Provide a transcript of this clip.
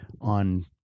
on